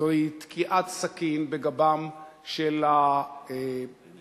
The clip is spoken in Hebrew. זוהי תקיעת סכין בגבם של המוחים